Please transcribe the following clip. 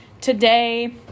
today